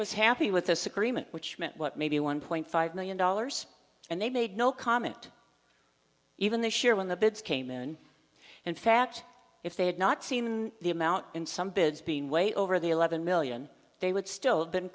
was happy with this agreement which meant what may be a one point five million dollars and they made no comment even this year when the bids came in in fact if they had not seen the amount in some bids been way over the eleven million they would still been